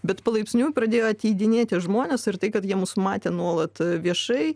bet palaipsniui pradėjo atleidinėti žmonės ir tai kad jie mus matė nuolat viešai